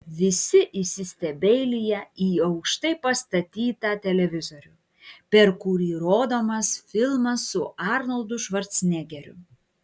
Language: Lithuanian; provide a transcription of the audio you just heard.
visi įsistebeilija į aukštai pastatytą televizorių per kurį rodomas filmas su arnoldu švarcnegeriu